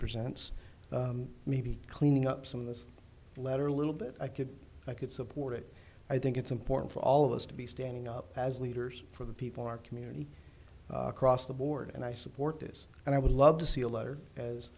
percents maybe cleaning up some of this letter a little bit i could i could support it i think it's important for all of us to be standing up as leaders for the people our community across the board and i support this and i would love to see a letter as